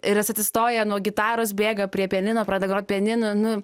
ir jis atsistoja nuo gitaros bėga prie pianino pradeda grot pianinu nu